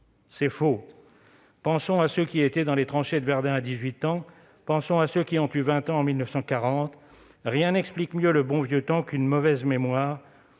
C'est faux ! Pensons à ceux qui étaient dans les tranchées de Verdun à 18 ans, à ceux qui ont eu 20 ans en 1940. Eh oui ! Rien n'explique mieux le bon vieux temps qu'une mauvaise mémoire.